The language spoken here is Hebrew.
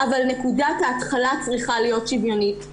אבל נקודת ההתחלה צריכה להיות שוויונית.